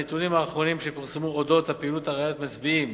הנתונים האחרונים שפורסמו על אודות הפעילות הריאלית מצביעים